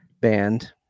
band